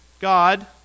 God